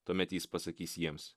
tuomet jis pasakys jiems